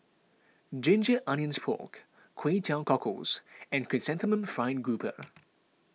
Ginger Onions Pork Kway Teow Cockles and Chrysanthemum Fried Grouper